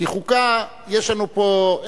כי חוקה יש לנו פה,